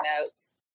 notes